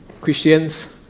Christians